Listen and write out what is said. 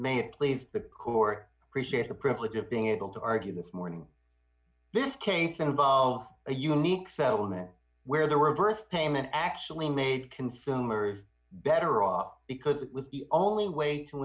it please the court appreciate the privilege of being able to argue this morning this case involved a unique settlement where the reversed payment actually made consumers better off because that was the only way to